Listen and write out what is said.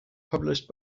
published